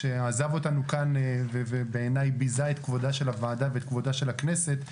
שעזב אותנו ובעיניי ביזה את כבודה של הוועדה ואת כבודה של הכנסת,